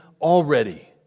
already